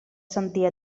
sentir